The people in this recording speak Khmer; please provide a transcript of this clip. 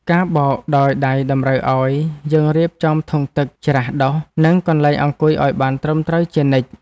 ការបោកដោយដៃតម្រូវឱ្យយើងរៀបចំធុងទឹក ច្រាសដុស និងកន្លែងអង្គុយឱ្យបានត្រឹមត្រូវជានិច្ច។